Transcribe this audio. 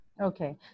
Okay